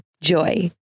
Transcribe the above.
JOY